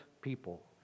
people